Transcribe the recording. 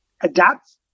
adapt